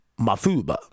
Mafuba